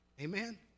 Amen